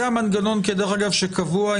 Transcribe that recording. זה המנגנון שקבוע,